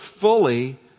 fully